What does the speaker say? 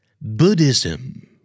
Buddhism